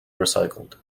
recycled